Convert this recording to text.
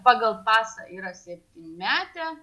pagal pasą yra septynmetė